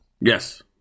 Yes